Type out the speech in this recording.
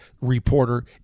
reporter